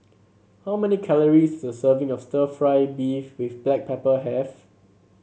how many calories does a serving of stir fry beef with Black Pepper have